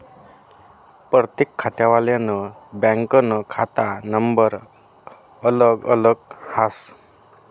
परतेक खातावालानं बँकनं खाता नंबर अलग अलग हास